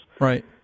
right